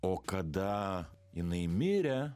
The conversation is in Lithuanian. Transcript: o kada jinai mirė